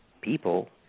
people